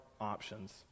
options